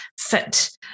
fit